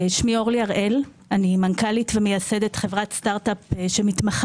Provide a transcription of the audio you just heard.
אני מנכ"לית ומייסדת חברת סטארט אפ שמתמחה